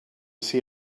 see